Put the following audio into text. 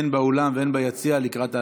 הן באולם והן ביציע, לקראת ההצבעה.